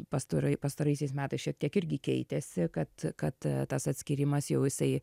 pasturoj pastaraisiais metais šiek tiek irgi keitėsi kad kad a tas atskyrimas jau jisai